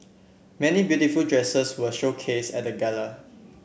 many beautiful dresses were showcase at the gala